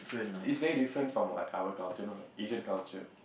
it's very different like from what our culture know Asian culture